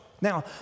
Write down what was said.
Now